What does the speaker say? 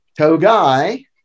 togai